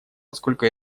поскольку